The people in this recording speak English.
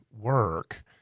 work